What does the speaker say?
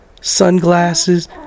sunglasses